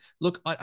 Look